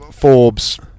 Forbes